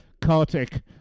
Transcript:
Kartik